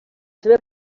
seva